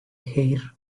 heir